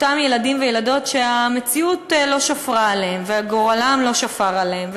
אותם ילדים וילדות שהמציאות לא שפרה עליהם וגורלם לא שפר עליהם.